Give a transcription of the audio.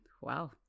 Wow